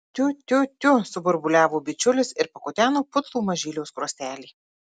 tiu tiu tiu suburbuliavo bičiulis ir pakuteno putlų mažylio skruostelį